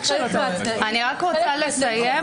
אני מבקשת לסיים.